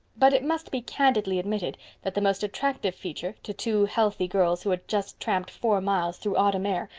but it must be candidly admitted that the most attractive feature, to two healthy girls who had just tramped four miles through autumn air,